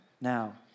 now